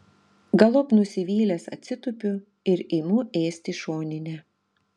galop nusivylęs atsitupiu ir imu ėsti šoninę